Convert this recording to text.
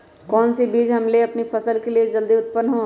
कौन सी बीज ले हम अपनी फसल के लिए जो जल्दी उत्पन हो?